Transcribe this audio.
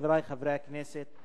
חברי חברי הכנסת,